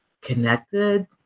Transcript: connected